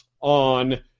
on